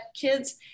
kids